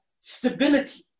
stability